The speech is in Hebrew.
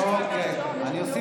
באיזה בית